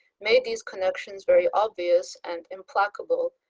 made these connections very obvious and implacable,